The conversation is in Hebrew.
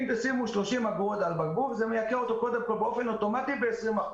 אם תשימו 30 אגורות לבקבוק זה מייקר אותו באופן אוטומטי ב-20%.